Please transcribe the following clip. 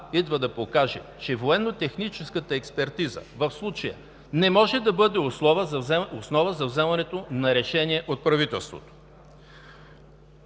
идва да покаже, че военнотехническата експертиза в случая не може да бъде основа за вземането на решение от правителството.